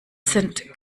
sind